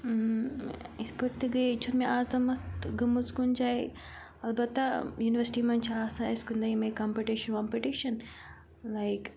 اۭں یِتھ پٲٹھۍ تہِ گٔے چھُنہٕ مےٚ آز تامَتھ گٔمٕژ کُنہِ جایہِ البتہ یوٗنیورسٹی منٛز چھِ آسان اَسہِ کُنہِ دۄہ یِمے کَمپِٹِشَن وَمپِٹِشَن لایِک